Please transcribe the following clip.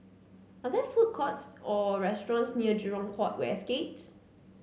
are there food courts or restaurants near Jurong Port West Gate